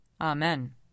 Amen